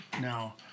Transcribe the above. Now